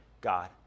God